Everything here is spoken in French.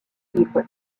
livres